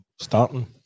starting